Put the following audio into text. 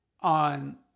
on